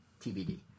TBD